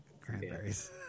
Cranberries